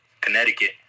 Connecticut